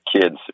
kids